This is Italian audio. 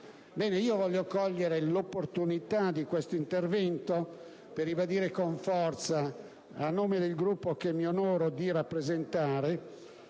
impegno. Vorrei cogliere l'opportunità di questo intervento per ribadire con forza a nome del Gruppo che mi onoro di rappresentare